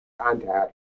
contact